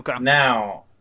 Now